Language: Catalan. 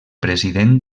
president